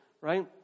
right